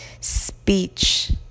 speech